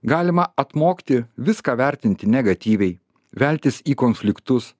galima atmokti viską vertinti negatyviai veltis į konfliktus